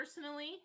Personally